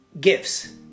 Gifts